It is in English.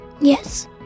Yes